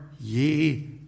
ye